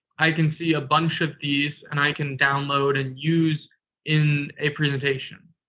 i can see a bunch of these and i can download and use in a presentation.